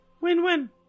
Win-win